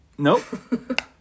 Nope